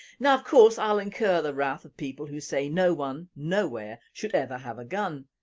now of course i will incur the wrath of people who say no one, no where should ever have a gun,